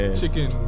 chicken